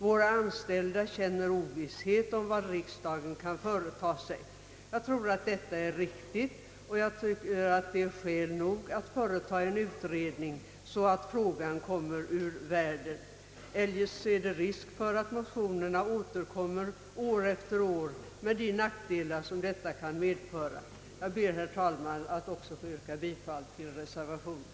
Våra anställda känner ovisshet om vad riksdagen kan företa sig.» Jag tror att det är riktigt, och jag tycker att det är skäl nog att företa en utredning, så att frågan kommer ur världen. Eljest är det risk för att motionerna återkommer år efter år med de nackdelar som detta kan medföra. Herr talman! Också jag ber att få yrka bifall till reservationen.